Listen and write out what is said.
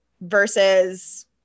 versus